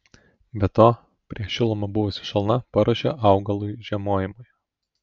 be to prieš šilumą buvusi šalna paruošė augalui žiemojimui